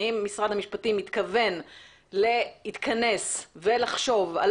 האם משרד המשפטים מתכוון להתכנס ולחשוב על